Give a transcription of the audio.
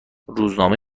روزنامه